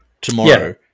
tomorrow